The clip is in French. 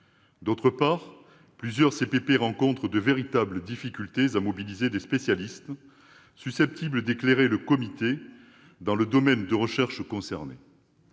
D'autre part, plusieurs CPP rencontrent de véritables difficultés à mobiliser des spécialistes susceptibles d'éclairer le comité dans le domaine de recherche concerné.